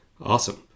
Awesome